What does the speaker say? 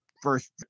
first